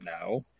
No